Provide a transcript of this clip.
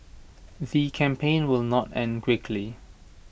the campaign will not end quickly